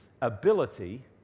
ability